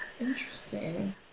Interesting